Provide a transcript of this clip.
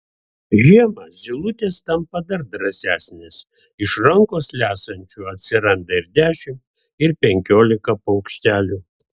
žiemą zylutės tampa dar drąsesnės iš rankos lesančių atsiranda ir dešimt ir penkiolika paukštelių